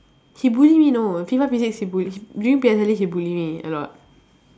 he bully me you know P five P six he bully me during P_S_L_E he bully me a lot